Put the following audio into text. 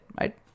right